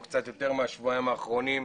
או קצת יותר מהשבועיים האחרונים,